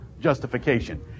justification